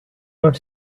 not